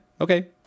okay